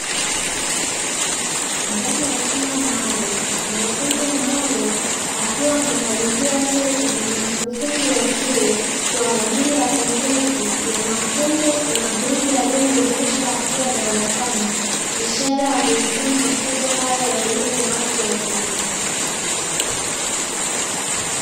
Ndani ya chumba maalumu mwanafunzi mmoja akiwa anakabidhiwa cheti na mkufunzi wa chuo kwa ajili ya pongezi ya mafunzo na juhudi aliyoionyesha akiwa darasani, ishara ya kuhitimu mafunzo hayo ya elimu ya watu wazima.